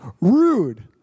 rude